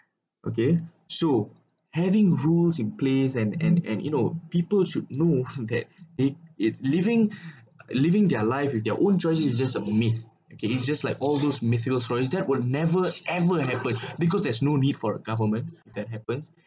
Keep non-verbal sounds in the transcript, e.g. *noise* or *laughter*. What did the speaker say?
okay so having rules in place and and and you know people should know that it it's living *breath* living their life with their own choice is just a myth okay it's just like all those mythical stories that will never ever happen because there's no need for a government that happens